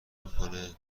میکنه